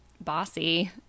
bossy